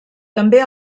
també